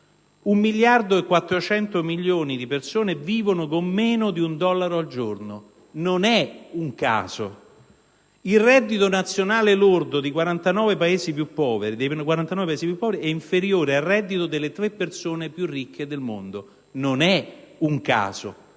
Un miliardo e 400 milioni di persone vivono con meno di un dollaro al giorno. Non è un caso. Il reddito nazionale lordo dei 49 Paesi più poveri è inferiore al reddito delle tre persone più ricche del mondo. Non è un caso.